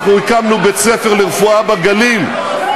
אנחנו הקמנו בית-ספר לרפואה בגליל,